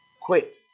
quit